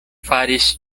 faris